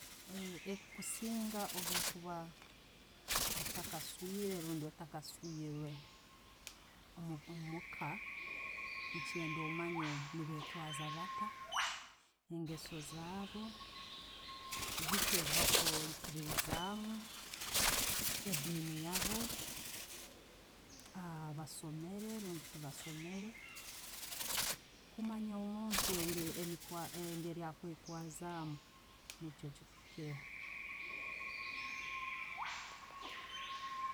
Ekusinga o'bwo kuba ottaka swiire rundi ottaka sweire omumuka, ne'kyenda omanye ne betwaaza baata, engeso zaabu, biiki byebakwikirizaamu, ediini yaabo, basomere rundi tebasomere. Kumanya obunti nangeri eza'kwetalizaamu, nikyo chikukira.